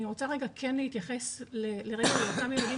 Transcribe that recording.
אני רוצה רגע כן להתייחס לרקע של אותם ילדים